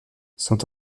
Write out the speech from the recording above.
sont